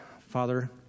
Father